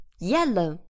Yellow